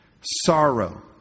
Sorrow